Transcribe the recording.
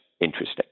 interesting